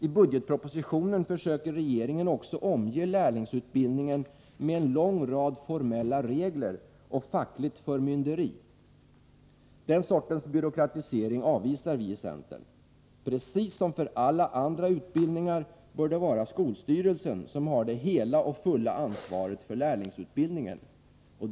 I budgetpropositionen försöker regeringen också omge lärlingsutbildningen med en lång rad formella regler och fackligt förmynderi. Den sortens byråkratisering avvisar vi i centern. Precis som för alla andra utbildningar bör det vara skolstyrelsen som har det hela och fulla ansvaret för lärlingsutbildningen.